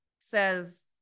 says